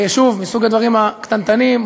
שוב, מסוג הדברים הקטנטנים.